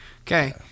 Okay